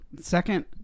second